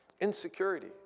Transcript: insecurity